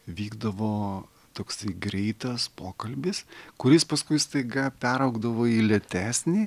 vykdavo toksai greitas pokalbis kuris paskui staiga peraugdavo į lėtesnį